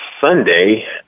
Sunday